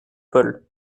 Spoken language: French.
paul